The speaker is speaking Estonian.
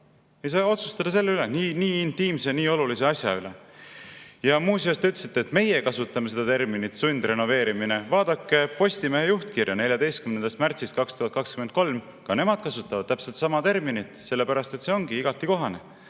Ei saa otsustada selle üle – nii intiimse, nii olulise asja üle. Ja muuseas, te ütlesite, et meie kasutame terminit "sundrenoveerimine". Vaadake Postimehe 14. märtsi 2023 juhtkirja – ka nemad kasutavad täpselt sama terminit, sellepärast et see on igati kohane.